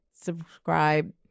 subscribe